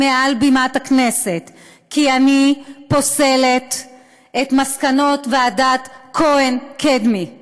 מעל בימת הכנסת כי אני פוסלת את מסקנות ועדת כהן-קדמי נחרצות.